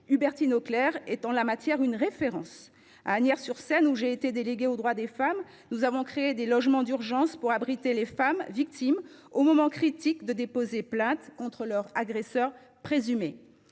Hubertine Auclert est en la matière une référence. À Asnières sur Seine, où j’ai été déléguée aux droits des femmes, nous avons créé des logements d’urgence pour y abriter les femmes victimes au moment critique du dépôt de plainte contre leur agresseur présumé.